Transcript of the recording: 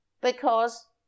Because